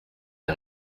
des